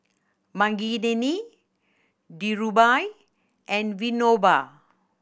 Makineni Dhirubhai and Vinoba